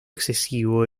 excesivo